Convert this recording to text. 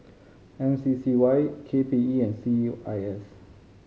M C C Y K P E and C E I S